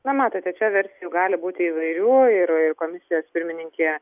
na matote čia versijų gali būti įvairių ir ir komisijos pirmininkė